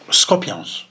scorpions